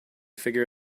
figure